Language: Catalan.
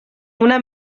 una